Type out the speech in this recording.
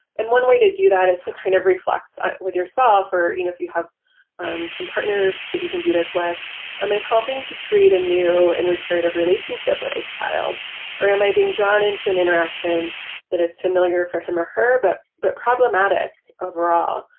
and one way to do that is to kind of reflect with your self or you know if you have some partners that you can do this with am i helping to create a new and reparative relationship with this child or am i being drawn into an interaction that is familiar for him or her but but problematic overall?